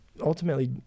ultimately